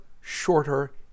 shorter